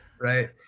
right